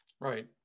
Right